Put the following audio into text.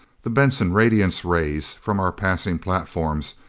the benson radiance rays from our passing platforms,